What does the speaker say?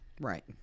Right